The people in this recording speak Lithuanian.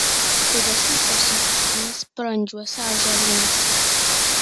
didesnės ir sunkesnės brandžiuose ąžuolynuose